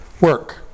work